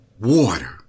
Water